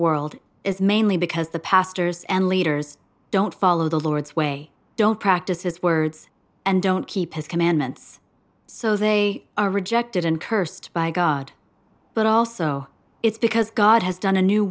world is mainly because the pastors and leaders don't follow the lord's way don't practice his words and don't keep his commandments so they are rejected and cursed by god but also it's because god has done a new